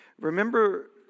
Remember